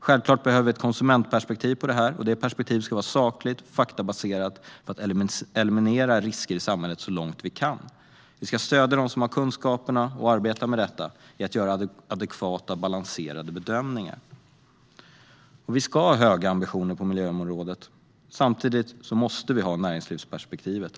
Självklart behöver vi ett konsumentperspektiv på det här, och det perspektivet ska vara sakligt och faktabaserat för att eliminera risker i samhället så långt vi kan. Vi ska stödja dem som har kunskaperna och arbetar med detta i att göra adekvata och balanserade bedömningar. Vi ska ha höga ambitioner på miljöområdet. Samtidigt måste vi ha näringslivsperspektivet.